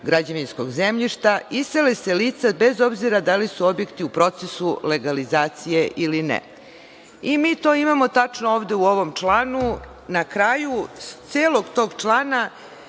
građevinskog zemljišta, isele se lica bez obzira da li su objekti u procesu legalizacije ili ne. Mi to imamo tačno ovde u ovom članu, na kraju celog tog člana